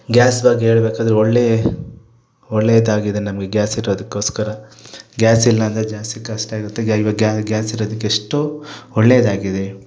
gas ಬಗ್ಗೆ ಹೇಳಬೇಕಾದ್ರೆ ಒಳ್ಳೇ ಒಳ್ಳೇದಾಗಿದೆ ನಮಗೆ ಗ್ಯಾಸ್ ಇರೋದಕ್ಕೋಸ್ಕರ ಗ್ಯಾಸ್ ಇಲ್ಲಾಂದರೆ ಜಾಸ್ತಿ ಕಷ್ಟಾಗುತ್ತೆ ಗ್ ಇವಾಗ ಗ್ಯಾಸ್ ಇರೋದಿಕ್ಕೆ ಎಷ್ಟೋ ಒಳ್ಳೆದಾಗಿದೆ